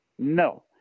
No